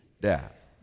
death